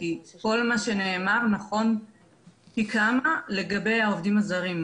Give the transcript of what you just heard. כי כל מה שנאמר ממש נכון פי כמה לגבי העובדים הזרים.